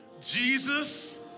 Jesus